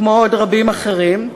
כמו עוד רבים אחרים,